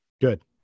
good